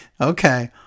Okay